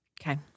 Okay